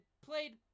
played